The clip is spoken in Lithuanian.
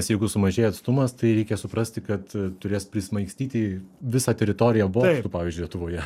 nes jeigu sumažėja atstumas tai reikia suprasti kad turės prismaigstyti visą teritoriją bokštų pavyzdžiui lietuvoje